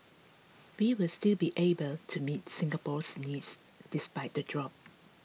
we will still be able to meet Singapore's needs despite the drop